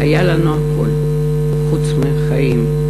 היה לנו הכול חוץ מחיים.